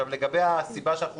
לגבי הסיבה שאנחנו